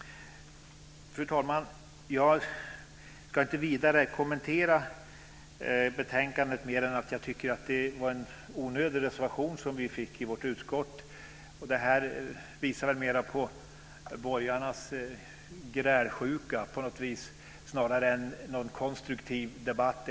Fru talman! Jag ska inte kommentera betänkandet ytterligare. Dock vill jag säga att det var en onödig reservation som vi fick i vårt utskott. På något sätt visar det väl mer på borgarnas grälsjuka snarare än på en konstruktiv debatt.